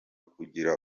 kugira